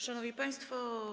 Szanowni Państwo!